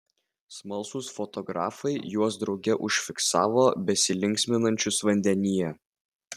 smalsūs fotografai juos drauge užfiksavo besilinksminančius vandenyje